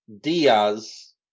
Diaz